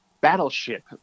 battleship